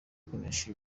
kunesha